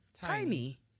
Tiny